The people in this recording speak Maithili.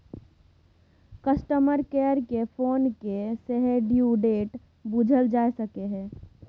कस्टमर केयर केँ फोन कए सेहो ड्यु डेट बुझल जा सकैए